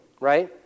right